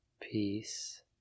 Peace